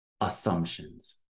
assumptions